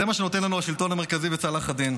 זה מה שנותן לנו השלטון המרכזי בצלאח א-דין.